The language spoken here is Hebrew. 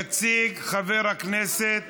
התשע''ח 2018. יציג חבר הכנסת